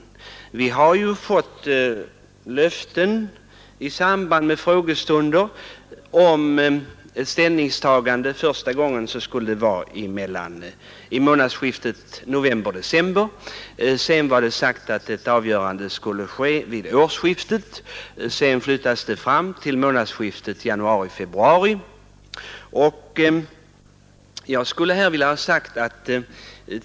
Vi har ju i samband med frågestunder fått löften om ställningstaganden: första gången skulle ett avgörande ske i månadsskiftet november—-december, därefter vid årsskiftet, sedan flyttades det fram till månadsskiftet januari—-februari.